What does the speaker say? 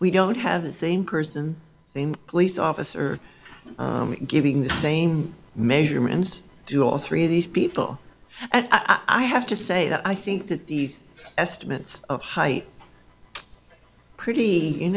we don't have the same person named police officer giving the same measurements do all three of these people and i have to say that i think that these estimates of height pretty you